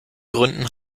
gründen